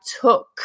took